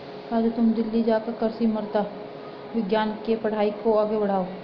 राजू तुम दिल्ली जाकर कृषि मृदा विज्ञान के पढ़ाई को आगे बढ़ाओ